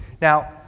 Now